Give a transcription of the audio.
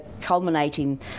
culminating